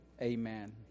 Amen